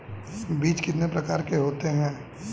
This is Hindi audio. बीज कितने प्रकार के होते हैं?